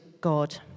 God